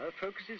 focuses